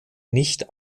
nicht